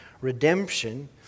redemption